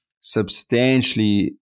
substantially